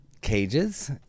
cages